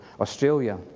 Australia